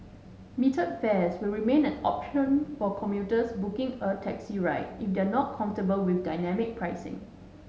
metered fares will remain an option for commuters booking a taxi ride if they are not comfortable with dynamic pricing